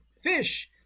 fish